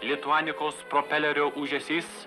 lituanikos propelerio ūžesys